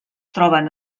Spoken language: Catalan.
troben